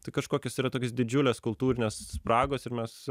tai kažkokios yra tokios didžiulės kultūrinės spragos ir mes